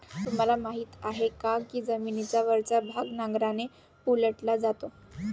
तुम्हाला माहीत आहे का की जमिनीचा वरचा भाग नांगराने उलटला जातो?